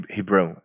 Hebrew